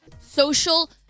Social